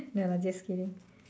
no lah just kidding